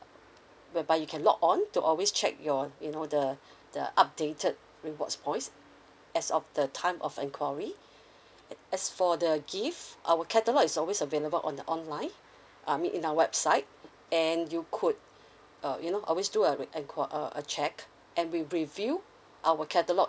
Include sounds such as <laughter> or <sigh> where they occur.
where by you can log on to always check your you know the the updated rewards points as of the time of enquiry <breath> as for the gift our catalogue is always available on the online I mean in our website and you could uh you know always do a re~ enqu~ uh a check and we review our catalogue